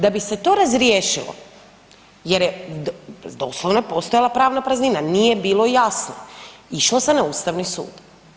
Da bi se to razriješilo jer je doslovno postojala pravna praznina, nije bilo jasno, išlo se na Ustavni sud.